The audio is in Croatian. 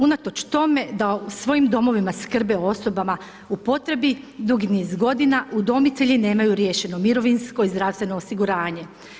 Unatoč tome da u svojim domovima skrbe o osobama u potrebi dugi niz godina udomitelji nemaju riješeno mirovinsko i zdravstveno osiguranje.